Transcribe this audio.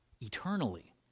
eternally